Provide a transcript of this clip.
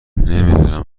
نمیدونم